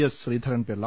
S Sreedharan Pillai